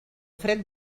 fred